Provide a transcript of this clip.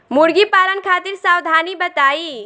मुर्गी पालन खातिर सावधानी बताई?